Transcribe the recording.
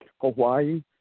Hawaii